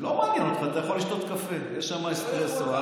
אל